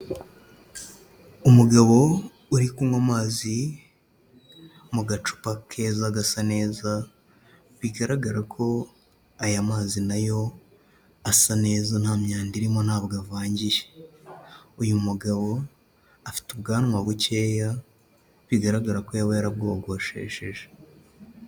Umugabo uri kunywa amazi mu gacupa keza gasa neza, bigaragara ko aya mazi nayo asa neza nta myanda irimo ntabwo avangiye. Uyu mugabo afite ubwanwa bukeya bigaragara ko yaba yarabwogoshesheje.